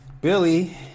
Billy